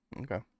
okay